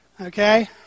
Okay